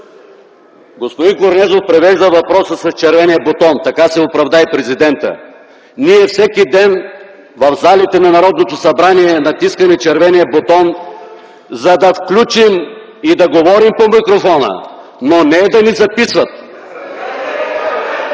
Господин Корнезов превежда въпроса с червения бутон. Така се оправда и президентът. Ние всеки ден в залите на Народното събрание натискаме червения бутон, за да включим и да говорим по микрофона, но не и да ни записват.